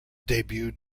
debuted